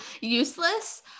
Useless